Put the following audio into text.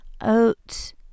oats